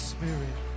Spirit